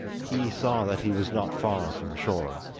he saw that he was not far from shore.